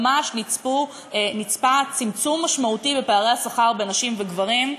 ממש נצפה צמצום משמעותי בפערי השכר בין נשים וגברים,